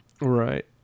Right